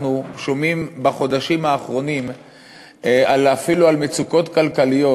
אנחנו שומעים בחודשים האחרונים אפילו על מצוקות כלכליות